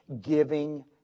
giving